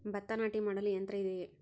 ಭತ್ತ ನಾಟಿ ಮಾಡಲು ಯಂತ್ರ ಇದೆಯೇ?